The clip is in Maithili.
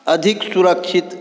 अधिक सुरक्षित